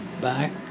back